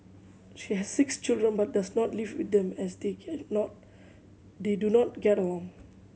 she has six children but does not live with them as they can not they do not get along